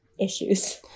issues